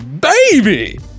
baby